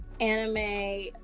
anime